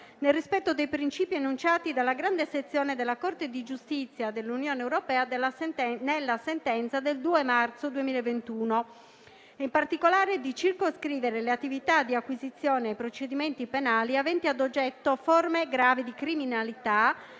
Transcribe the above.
nel rispetto dei principi enunciati dalla grande sezione della Corte di giustizia dell'Unione europea nella sentenza del 2 marzo 2021 e, in particolare, di circoscrivere le attività di acquisizione dei procedimenti penali aventi ad oggetto forme gravi di criminalità